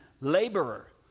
laborer